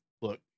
look